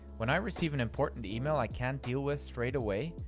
when i receive an important email i can't deal with straight away,